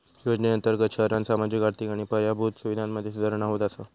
योजनेअंर्तगत शहरांत सामाजिक, आर्थिक आणि पायाभूत सुवीधांमधे सुधारणा होत असा